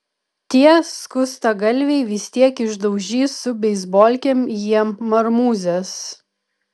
tie skustagalviai vis tiek išdaužys su beisbolkėm jiem marmūzes